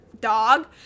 Dog